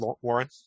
Warren